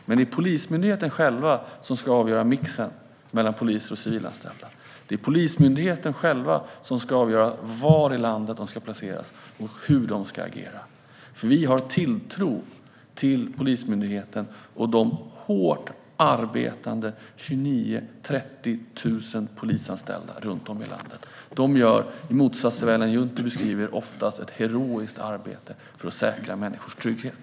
Men det är Polismyndigheten själv som ska avgöra mixen mellan poliser och civilanställda. Det är Polismyndigheten själv som ska avgöra var i landet de ska placeras och hur de ska agera. Vi har tilltro till Polismyndigheten och de hårt arbetande 29 000-30 000 polisanställda runt om i landet. De gör, i motsats till hur Ellen Juntti beskriver det, oftast ett heroiskt arbete för att säkra människors trygghet.